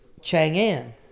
Chang'an